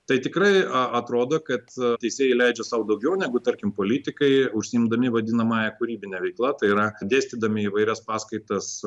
tai tikrai a atrodo kad teisėjai leidžia sau daugiau negu tarkim politikai užsiimdami vadinamąja kūrybine veikla tai yra dėstydami įvairias paskaitas